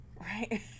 Right